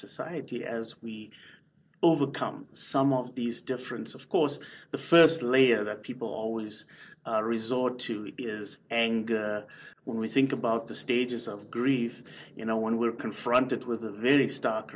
society as we overcome some of these difference of course the first layer that people always resort to is anger when we think about the stages of grief you know when we're confronted with